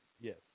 Yes